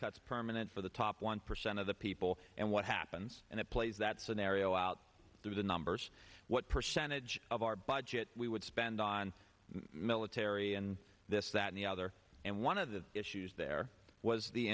cuts permanent for the top one percent of the people and what happens in a place that scenario out there the numbers what percentage of our budget we would spend on military and this that the other and one of the issues there was the